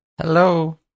Hello